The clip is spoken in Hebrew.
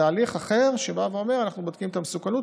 זה הליך אחר שבא ואומר: אנחנו בודקים את המסוכנות,